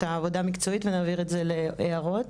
העבודה המקצועית ונעביר את זה להערות,